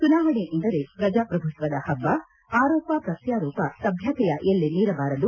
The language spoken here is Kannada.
ಚುನಾವಣೆ ಎಂದರೆ ಪ್ರಜಾಪ್ರಭುತ್ವದ ಹಬ್ಬ ಆರೋಪ ಪ್ರತ್ವಾರೋಪ ಸಭ್ಯತೆಯ ಎಲ್ಲೆ ಮೀರಬಾರದು